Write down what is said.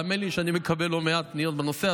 האמן לי שאני מקבל לא מעט פניות בנושא,